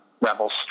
Rebels